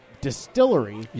distillery